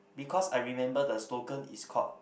because I remember the slogan is called